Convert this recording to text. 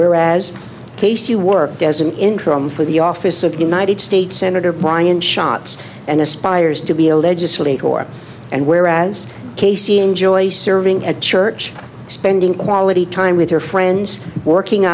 whereas case you work as an interim for the office of united states senator bryan shots and aspires to be a legislator or and where as casey enjoys serving at church spending quality time with her friends working